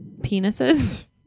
Penises